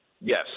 Yes